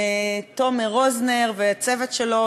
תומר רוזנר והצוות שלו,